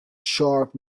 sharp